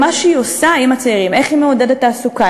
מה היא עושה עם הצעירים: איך היא מעודדת תעסוקה,